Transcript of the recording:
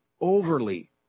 overly